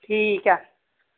ठीक ऐ